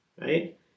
right